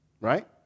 right